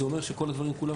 זה אומר שכל הדברים כולם,